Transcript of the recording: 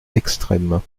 extrêmes